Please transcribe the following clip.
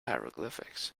hieroglyphics